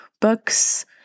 books